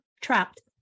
trapped